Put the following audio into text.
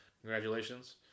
Congratulations